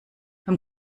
beim